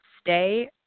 stay